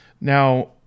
Now